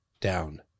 down